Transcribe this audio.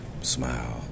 smile